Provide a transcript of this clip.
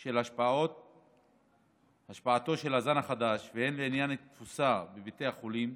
של השפעתו של הזן החדש והן לעניין התפוסה בבתי החולים,